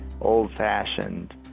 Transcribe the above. old-fashioned